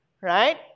Right